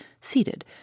seated